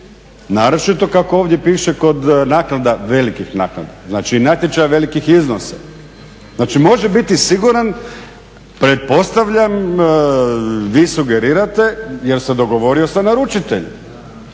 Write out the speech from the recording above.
Naročito kako ovdje piše kod naknada, velikih naknada, znači natječaja velikih iznosa. Znači može biti siguran, pretpostavljam, vi sugerirate jer se dogovorio sa naručiteljem.